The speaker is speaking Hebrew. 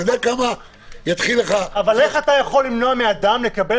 אבל איך אתה יכול למנוע מאדם לקבל